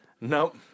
Nope